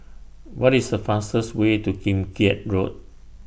What IS The fastest Way to Kim Keat Road